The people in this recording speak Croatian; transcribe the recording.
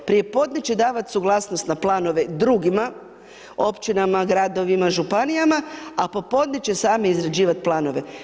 Prijepodne će davati suglasnost na planove drugima, općinama, gradivima, županijama, a popodne će sami izgrađivati planove.